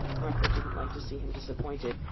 martha didn't like to see him disappointed,